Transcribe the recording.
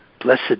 blessed